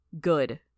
Good